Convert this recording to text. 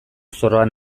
zorroan